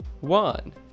one